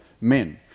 men